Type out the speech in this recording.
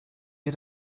wir